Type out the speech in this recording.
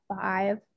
five